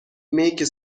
make